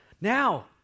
Now